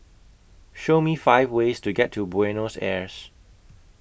Show Me five ways to get to Buenos Aires